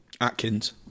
Atkins